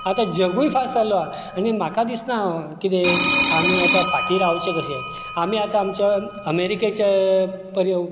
आतां जगूय फास्ट जाल्लो हा आनी म्हाका दिसना कितें आमी आता फाटीं रावचे कशें आमी आतां आमच्या अमेरिकेच्या